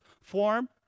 form